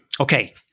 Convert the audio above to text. Okay